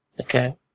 Okay